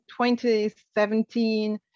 2017